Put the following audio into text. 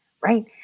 right